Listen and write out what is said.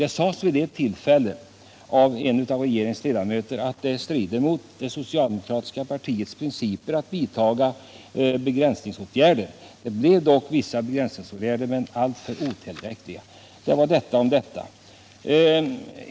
Det sades vid ett tillfälle av en av regeringens ledamöter att det stred mot det socialdemokratiska partiets principer att vidta importbegränsningsåtgärder. Man gjorde dock vissa begränsningar, men alltför otillräckliga. Detta om detta.